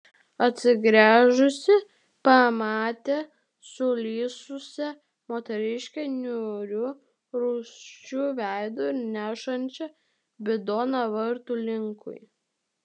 atsigręžusi pamatė sulysusią moteriškę niūriu rūsčiu veidu nešančią bidoną vartų linkui